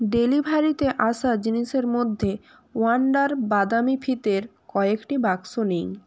ডেলিভারিতে আসা জিনিসের মধ্যে ওয়ান্ডার বাদামি ফিতের কয়েকটি বাক্স নেই